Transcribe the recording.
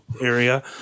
area